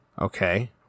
Okay